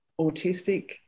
autistic